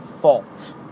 fault